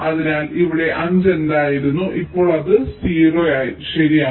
അതിനാൽ ഇവിടെ 5 എന്തായിരുന്നു ഇപ്പോൾ ഇത് 0 ആയി ശരിയാണ്